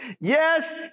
Yes